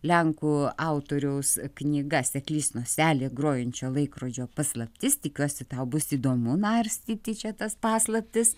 lenkų autoriaus knyga seklys noselė grojančio laikrodžio paslaptis tikiuosi tau bus įdomu narstyti čia tas paslaptis